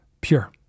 pure